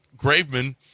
Graveman